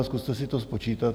Zkuste si to spočítat.